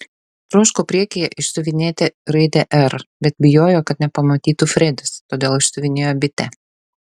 troško priekyje išsiuvinėti raidę r bet bijojo kad nepamatytų fredis todėl išsiuvinėjo bitę